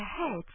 ahead